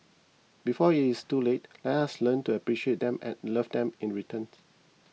before it's too late let us learn to appreciate them and love them in return